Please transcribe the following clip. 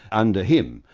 under him.